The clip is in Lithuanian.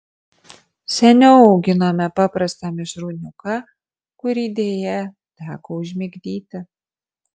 seniau auginome paprastą mišrūniuką kurį deja teko užmigdyti